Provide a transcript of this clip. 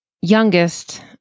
youngest